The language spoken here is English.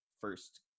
first